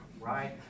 right